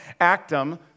Actum